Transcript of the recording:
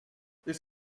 this